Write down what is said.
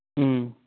ꯎꯝ